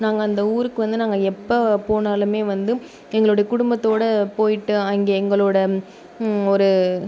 நாங்கள் அந்த ஊருக்கு வந்து நாங்கள் எப்போ போனாலும் வந்து எங்களோடய குடும்பத்தோடு போயிட்டு அங்கே எங்களோடய ஒரு